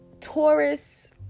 Taurus